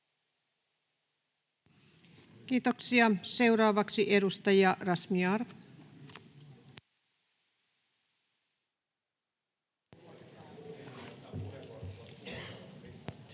Kiitoksia. — Seuraavaksi edustaja Razmyar.